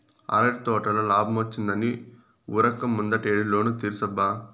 అరటి తోటల లాబ్మొచ్చిందని ఉరక్క ముందటేడు లోను తీర్సబ్బా